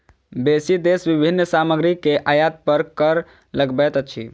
बेसी देश विभिन्न सामग्री के आयात पर कर लगबैत अछि